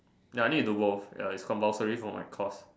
ya I need to go off ya it's compulsory for my course